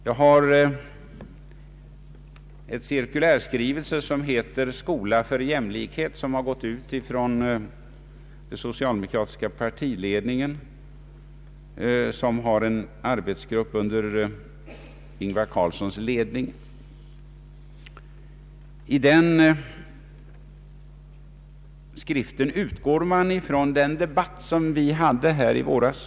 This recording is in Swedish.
Jag har en cirkulärskrivelse, som heter Skola för jämlikhet och som gått ut från den socialdemokratiska partiledningen. Där finns en arbetsgrupp under Ingvar Carlssons ledning. I den skriften utgår socialdemokraterna från den debatt vi förde här i våras.